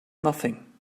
nothing